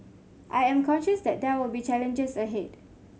I am conscious that there will be challenges ahead